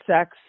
sex